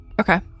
okay